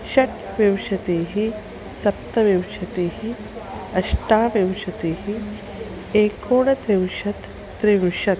षड्विंशतिः सप्तविंशतिः अष्टाविंशतिः एकोनत्रिंशत् त्रिंशत्